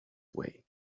way